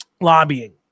lobbying